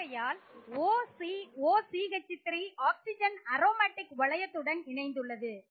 ஆகையால் OC OCH3 oxygen aromatic வளையத்துடன் இணைந்துள்ளது